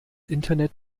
internet